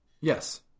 Yes